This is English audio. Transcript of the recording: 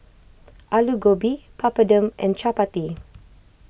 Alu Gobi Papadum and Chapati